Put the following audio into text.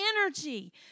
energy